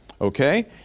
okay